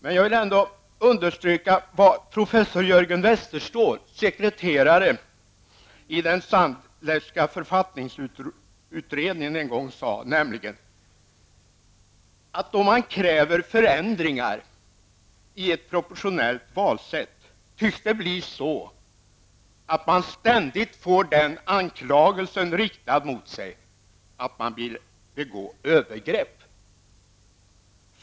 Men jag vill understryka vad professor Jörgen Westerståhl, sekreterare i den Sandlerska författningsutredningen en gång sade: Om man kräver förändringar i ett proportionellt valsätt tycks det bli så, att man ständigt får den anklagelsen riktad mot sig att man vill begå övergrepp.